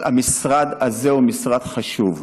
אבל המשרד הזה הוא משרד חשוב.